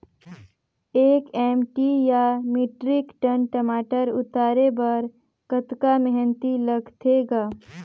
एक एम.टी या metric ton टमाटर उतारे बर कतका मेहनती लगथे ग?